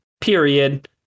period